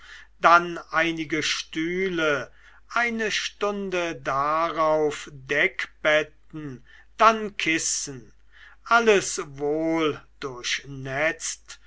dann einige stühle eine stunde darauf deckbetten dann kissen alles wohl